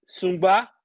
Sumba